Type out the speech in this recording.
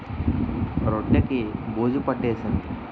రొట్టె కి బూజు పట్టేసింది